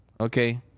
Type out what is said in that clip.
Okay